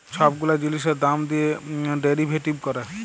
ছব গুলা জিলিসের দাম দিঁয়ে ডেরিভেটিভ ক্যরে